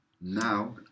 now